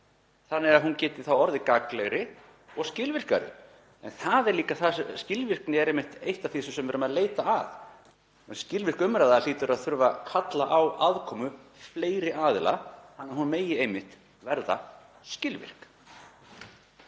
þannig að hún geti þá orðið gagnlegri og skilvirkari, en skilvirkni er einmitt eitt af því sem við erum að leita að. Skilvirk umræða hlýtur að kalla á aðkomu fleiri aðila þannig að hún megi einmitt verða skilvirk.